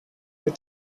kill